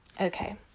Okay